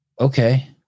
okay